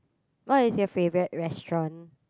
what is your favourite restaurant